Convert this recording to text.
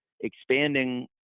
expanding